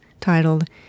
titled